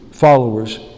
followers